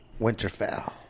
Winterfell